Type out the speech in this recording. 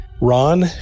Ron